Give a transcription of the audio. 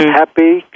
happy